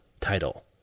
title